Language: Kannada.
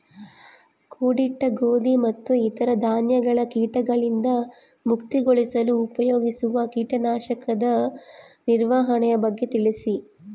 ಕೂಡಿಟ್ಟ ಗೋಧಿ ಮತ್ತು ಇತರ ಧಾನ್ಯಗಳ ಕೇಟಗಳಿಂದ ಮುಕ್ತಿಗೊಳಿಸಲು ಉಪಯೋಗಿಸುವ ಕೇಟನಾಶಕದ ನಿರ್ವಹಣೆಯ ಬಗ್ಗೆ ತಿಳಿಸಿ?